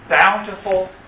bountiful